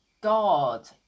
God